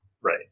Right